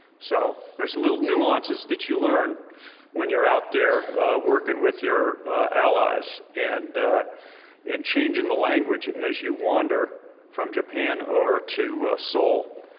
so there's little nuances that you learn when you're out there working with your allies and and changing the language as you wander from japan over to seoul,